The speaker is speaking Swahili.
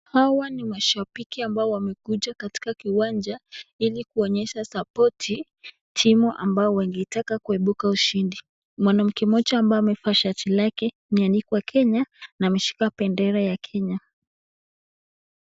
Hawa ni washabiki ambao wamekuja katika kiwanja ili kuonyesha sapoti timu ambao wangetaka kuibuka ushindi. Mwanamke mmoja ambaye amevaa shati lake imeandikwa Kenya na ameshika bendera ya Kenya.